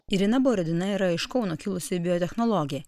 irina borodina yra iš kauno kilusi biotechnologė